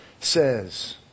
says